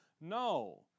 No